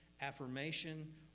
affirmation